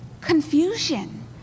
Confusion